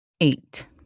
eight